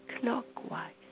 clockwise